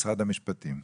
משרד המשפטים.